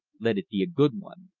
let it be a good one.